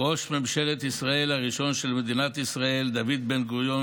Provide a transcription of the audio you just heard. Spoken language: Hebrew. ראש הממשלה הראשון של מדינת ישראל דוד בן-גוריון,